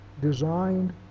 designed